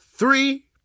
Three